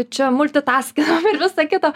čia multitaskinam ir visa kita